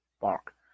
bark